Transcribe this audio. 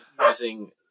using